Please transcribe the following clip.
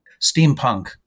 steampunk